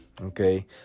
okay